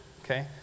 okay